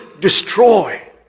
destroy